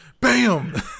bam